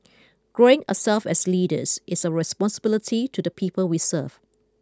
growing ourselves as leaders is our responsibility to the people we serve